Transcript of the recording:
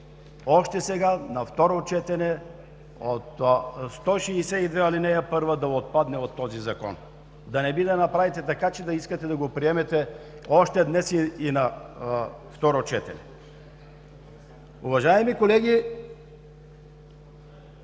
още сега, на второ четене – чл. 162, ал. 1 да отпадне от този Закон. Да не би да направите така, че да искате да го приемете още днес и на второ четене. Уважаеми колеги,